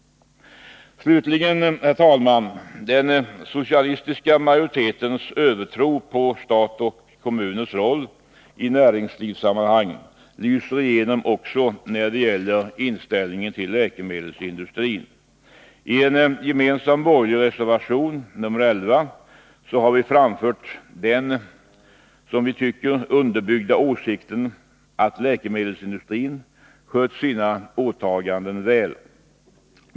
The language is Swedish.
Slutligen, herr talman, vill jag säga följande. Den socialistiska majoritetens övertro på statens och kommunernas roll i näringslivssammanhang lyser igenom också när det gäller inställningen till läkemedelsindustrin. I en gemensam borgerlig reservation, nr 11, har vi framfört den väl underbyggda åsikten att läkemedelsindustrin skött sina åtaganden väl.